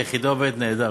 היחידה עובדת נהדר,